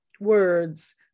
words